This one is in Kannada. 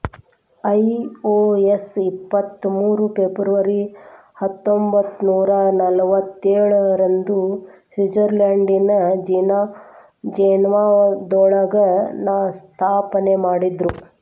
ಐ.ಒ.ಎಸ್ ಇಪ್ಪತ್ ಮೂರು ಫೆಬ್ರವರಿ ಹತ್ತೊಂಬತ್ನೂರಾ ನಲ್ವತ್ತೇಳ ರಂದು ಸ್ವಿಟ್ಜರ್ಲೆಂಡ್ನ ಜಿನೇವಾದೊಳಗ ಸ್ಥಾಪನೆಮಾಡಿದ್ರು